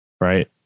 right